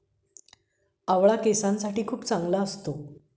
आवळा केसांसाठी खूप चांगला असतो